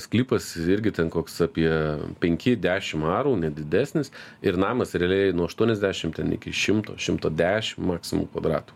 sklypas irgi ten koks apie penki dešim arų didesnis ir namas realiai nuo aštuoniasdešim ten iki šimto šimto dešim maksimum kvadratų